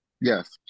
Yes